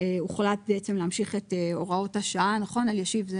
הוחלט בעצם להמשיך את הוראת השעה, נכון אלישיב?